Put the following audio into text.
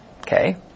Okay